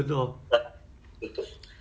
you buy from where